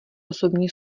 osobní